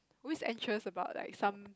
always anxious about like some